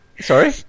Sorry